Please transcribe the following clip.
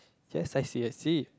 just as she has said